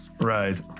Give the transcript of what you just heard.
right